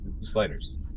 sliders